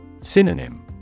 Synonym